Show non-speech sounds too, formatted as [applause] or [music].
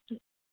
[unintelligible]